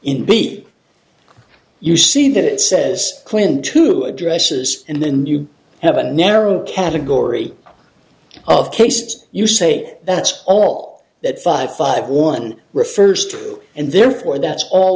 b you see that it says quint two addresses and then you have a narrow category of cases you say that's all that five five one refers to and therefore that's all